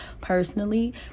personally